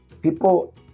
people